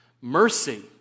Mercy